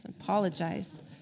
Apologize